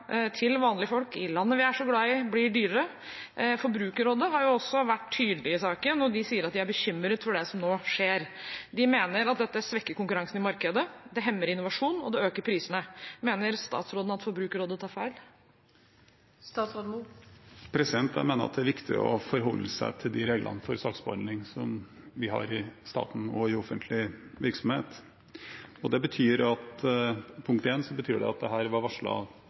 til vanlige folk i landet vi er så glad i, blir dyrere. Forbrukerrådet har også vært tydelige i saken, og de sier at de er bekymret for det som nå skjer. De mener at dette svekker konkurransen i markedet. Det hemmer innovasjon, og det øker prisene. Mener statsråden at Forbrukerrådet tar feil? Jeg mener det er viktig å forholde seg til de reglene for saksbehandling vi har i staten og i offentlig virksomhet. Det betyr – punkt én – at dette ble varslet tidlig i vinter. Det betyr også at